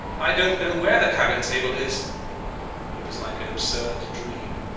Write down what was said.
i don't know where the cabin-table is it was like an absurd dream.